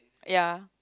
ya